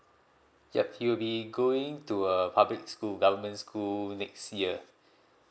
yup he will be going to a public school government school next year